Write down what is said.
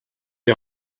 est